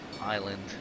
island